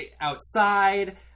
outside